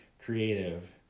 creative